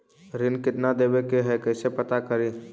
ऋण कितना देवे के है कैसे पता करी?